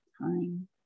time